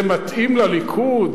זה מתאים לליכוד?